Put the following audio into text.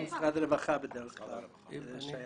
כן.